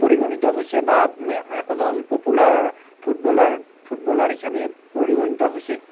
পৰিগণিত হৈছে বা একোজন পপুলাৰ ফুটবলাৰ ফুটবলাৰ হিচাপে পৰিগণিত হৈছে